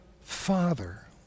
Father